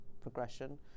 progression